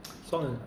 song